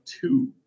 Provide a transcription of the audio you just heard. two